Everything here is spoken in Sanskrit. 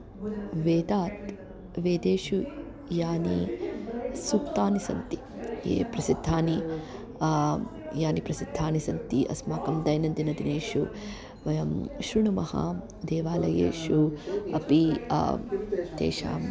वेदात् वेदेषु याः सुक्तयः सन्ति याः प्रसिद्धाः याः प्रसिद्धाः सन्ति अस्माकं दैनन्दिनदिनेषु वयं शृणुमः देवालयेषु अपि तेषां